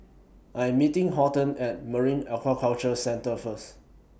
I Am meeting Horton At Marine Aquaculture Centre First